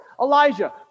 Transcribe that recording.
Elijah